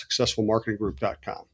SuccessfulMarketingGroup.com